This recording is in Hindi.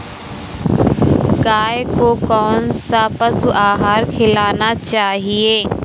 गाय को कौन सा पशु आहार खिलाना चाहिए?